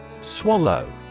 Swallow